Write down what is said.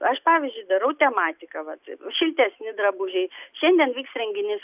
aš pavyzdžiui darau tematiką vat šiltesni drabužiai šiandien vyks renginys